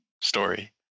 story